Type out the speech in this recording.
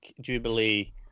Jubilee